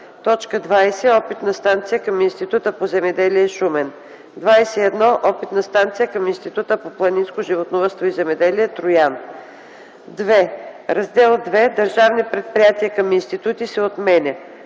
и 21: „20. Опитна станция към Института по земеделие – Шумен; 21. Опитна станция към Института по планинско животновъдство и земеделие – Троян”. 2. Раздел ІІ – „Държавни предприятия към институти”, се отменя.